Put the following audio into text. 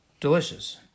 delicious